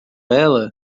ela